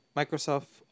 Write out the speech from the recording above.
microsoft